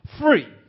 free